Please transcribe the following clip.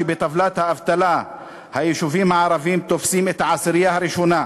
שבטבלת האבטלה היישובים הערביים תופסים את העשירייה הראשונה,